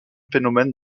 phénomène